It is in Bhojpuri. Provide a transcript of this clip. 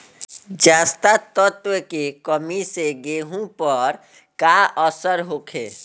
जस्ता तत्व के कमी से गेंहू पर का असर होखे?